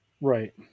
Right